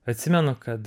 atsimenu kad